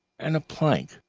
and a plank,